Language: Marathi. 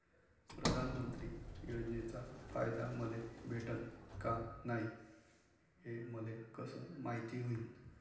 प्रधानमंत्री योजनेचा फायदा मले भेटनं का नाय, हे मले कस मायती होईन?